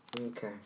Okay